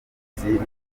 y’ubuhinzi